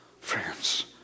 friends